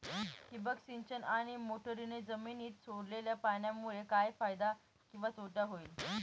ठिबक सिंचन आणि मोटरीने जमिनीत सोडलेल्या पाण्यामुळे काय फायदा किंवा तोटा होईल?